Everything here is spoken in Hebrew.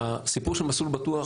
הסיפור של "מסלול בטוח"